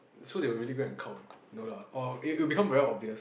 so they will really go and count no lah or it will become very obvious